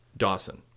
dawson